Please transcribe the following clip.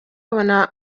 babona